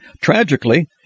Tragically